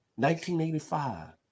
1985